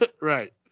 Right